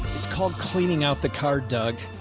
it's called cleaning out the car doug.